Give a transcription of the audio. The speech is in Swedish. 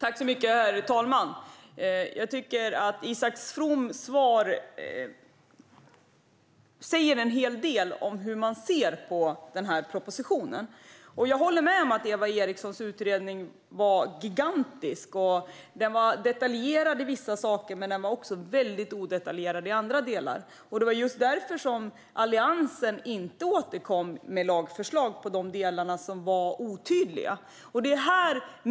Herr talman! Jag tycker att Isak Froms svar säger en hel del om hur man ser på propositionen. Jag håller med om att Eva Erikssons utredning var gigantisk. Den var detaljerad i vissa delar men väldigt odetaljerad i andra delar. Det var just därför som Alliansen inte återkom med lagförslag i de delar som var otydliga.